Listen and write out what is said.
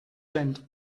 sent